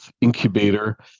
incubator